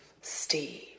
Steve